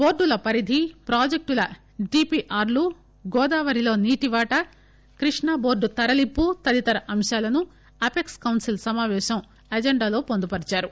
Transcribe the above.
బోర్లుల పరిధి ప్రాజెక్టుల డీపీఆర్లు గోదావరిలో నీటివాటా కృష్ణా బోర్డు తరలింపు తదితర అంశాలను అపెక్స్ కౌన్సిల్ సమాపేశం అజెండాలో పొందుపరిచారు